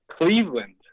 Cleveland